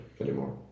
anymore